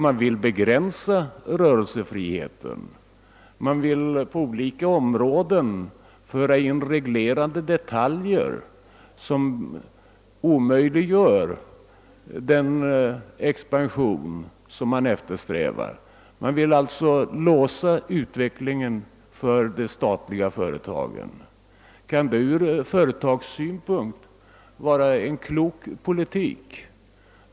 Jo, de vill begränsa rörelsefriheten och på olika områden föra in detaljregleringar som omöjliggör den expansion som de i andra avseenden eftersträvar. De vill alltså låsa utvecklingen för de statliga företagen. Kan detta vara en ur företagssynpunkt klok politik?